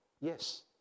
Yes